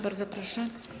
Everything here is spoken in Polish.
Bardzo proszę.